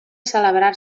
celebrar